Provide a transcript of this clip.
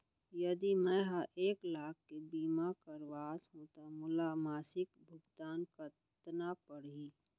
यदि मैं ह एक लाख के बीमा करवात हो त मोला मासिक भुगतान कतना पड़ही?